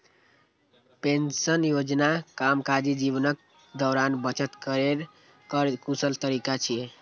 pension योजना कामकाजी जीवनक दौरान बचत केर कर कुशल तरीका छियै